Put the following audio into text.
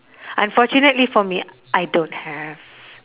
unfortunately for me I don't have